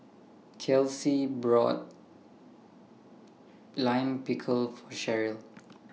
Kelcie bought Lime Pickle For Sherrill